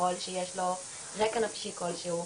ככל שיש לו רקע נפשי כלשהו,